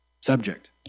subject